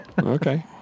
Okay